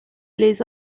les